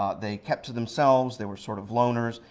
um they kept to themselves, they were sort of loners.